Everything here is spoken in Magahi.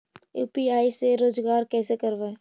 यु.पी.आई से रोजगार कैसे करबय?